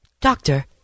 Doctor